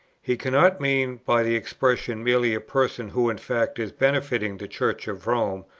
he cannot mean by the expression merely a person who in fact is benefiting the church of rome,